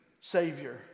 savior